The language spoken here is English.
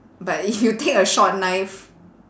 but you take a short knife